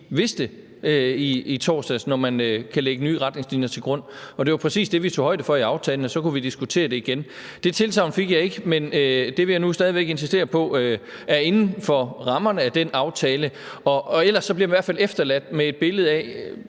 vidste i torsdags, altså når man kunne lægge nye retningslinjer til grund. Og det var præcis det, vi tog højde for i aftalen: at så kunne vi diskutere det igen. Det tilsagn fik jeg ikke, men det vil jeg nu stadig væk insistere på er inden for rammerne af den aftale. Ellers bliver man i hvert fald efterladt med et billede af